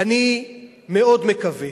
אני מאוד מקווה